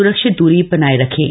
सुरक्षित दूरी बनाए रखें